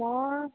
মই